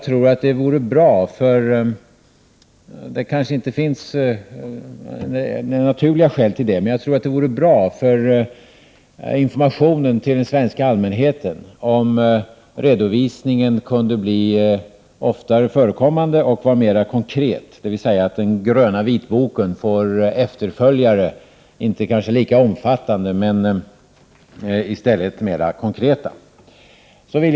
För att hålla den svenska allmänheten informerad så vore det bra om redovisningar kunde förekomma oftare och vara mer konkreta, även om det kanske inte alltid finns egentliga skäl att gå ut med sådana redovisningar. Den ”gröna vitboken” bör alltså få efterföljare; kanske inte lika omfattande men i stället mer konkreta. Fru talman!